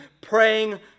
praying